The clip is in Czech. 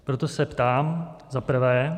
Proto se ptám zaprvé.